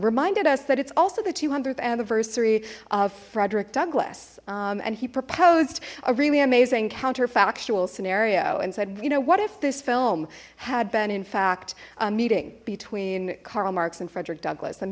reminded us that it's also the th anniversary of frederick douglass and he proposed a really amazing counterfactual scenario and said you know what if this film had been in fact a meeting between karl marx and frederick douglas